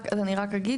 אז אני רק אגיד